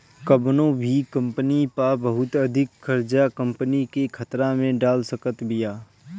कवनो भी कंपनी पअ बहुत अधिका कर्जा कंपनी के खतरा में डाल सकत बिया